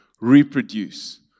Reproduce